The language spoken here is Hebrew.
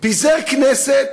הוא פיזר כנסת